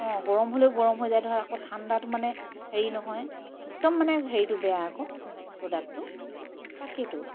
অঁ গৰম হ'লেও গৰম হৈ যায় ধৰ আকৌ ঠাণ্ডাটো মানে হেৰি নহয় একদম মানে হেৰিটো বেয়া আকৌ প্ৰডাক্টটো তাকেতো